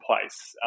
place